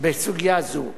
בסוגיה זו.